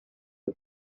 the